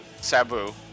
Sabu